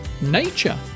Nature